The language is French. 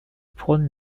prône